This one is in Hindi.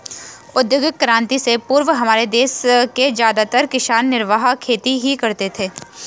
औद्योगिक क्रांति से पूर्व हमारे देश के ज्यादातर किसान निर्वाह खेती ही करते थे